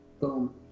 Boom